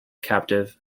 captive